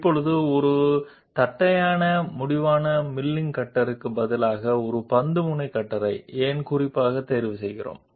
ఇప్పుడు మనం flat ended milling కట్టర్కు బదులుగా ప్రత్యేకంగా బాల్ ఎండెడ్ కట్టర్ను ఎందుకు ఎంచుకుంటాము